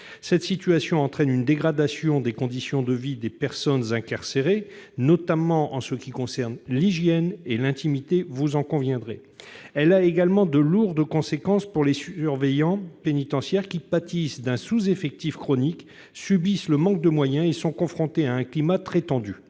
Cette situation entraîne une dégradation des conditions de vie des personnes incarcérées, notamment en ce qui concerne l'hygiène et l'intimité. Elle a également de lourdes conséquences pour les surveillants pénitentiaires, qui pâtissent d'un sous-effectif chronique, subissent le manque de moyens et sont confrontés à un climat très tendu.